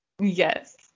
Yes